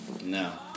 No